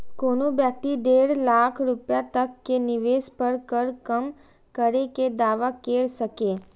कोनो व्यक्ति डेढ़ लाख रुपैया तक के निवेश पर कर कम करै के दावा कैर सकैए